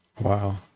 Wow